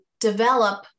develop